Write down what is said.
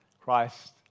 Christ